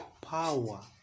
power